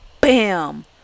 BAM